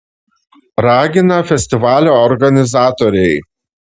ragina festivalio organizatoriai